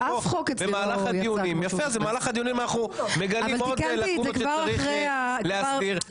במהלך הדיונים אנחנו מגלים שצריך להסביר,